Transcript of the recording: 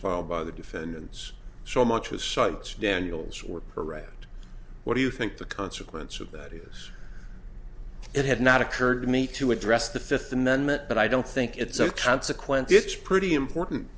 filed by the defendants so much was sought daniels were paraded what do you think the consequence of that is it had not occurred to me to address the fifth amendment but i don't think it's so consequently it's pretty important